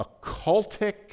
occultic